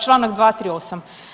Članak 238.